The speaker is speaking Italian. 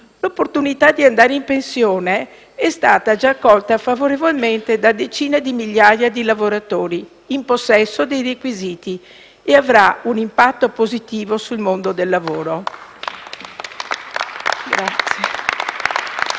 L'opportunità di andare in pensione è stata già accolta favorevolmente da decine di migliaia di lavoratori in possesso dei requisiti e avrà un impatto positivo sul mondo del lavoro.